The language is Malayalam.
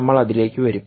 നമ്മൾ അതിലേക്ക് വരും